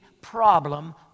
problem